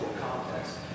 context